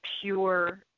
pure